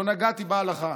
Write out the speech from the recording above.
לא נגעתי בהלכה.